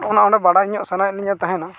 ᱚᱱᱟ ᱚᱸᱰᱮ ᱵᱟᱰᱟᱭ ᱧᱚᱜ ᱥᱟᱱᱟᱭᱮᱫ ᱞᱤᱧ ᱛᱟᱦᱮᱱᱚᱜ